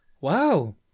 Wow